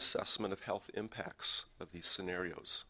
assessment of health impacts of these scenarios